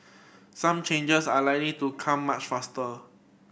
some changes are likely to come much faster